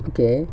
okay